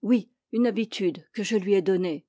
oui une habitude que je lui ai donnée